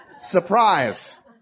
Surprise